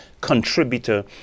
contributor